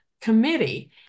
Committee